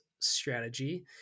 strategy